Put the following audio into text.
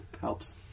Helps